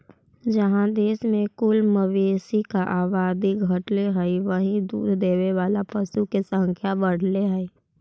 जहाँ देश में कुल मवेशी के आबादी घटले हइ, वहीं दूध देवे वाला पशु के संख्या बढ़ले हइ